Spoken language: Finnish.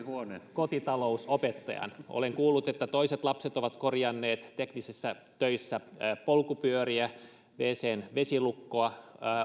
kotitalousopettajan olen kuullut että toiset lapset ovat korjanneet teknisissä töissä polkupyöriä tai wcn vesilukkoa